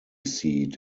seat